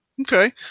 Okay